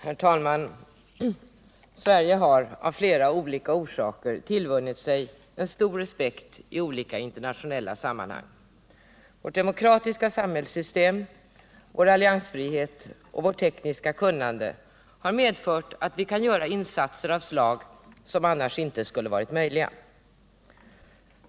Herr talman! Sverige har av flera olika orsaker tillvunnit sig en stor respekt i olika internationella sammanhang. Vårt demokratiska samhällssystem, vår alliansfrihet och vårt tekniska kunnande har medfört att vi kan göra sådana insatser som annars inte skulle varit möjliga.